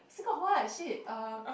still got what shit uh